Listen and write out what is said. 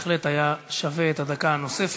בהחלט היה שווה את הדקה הנוספת.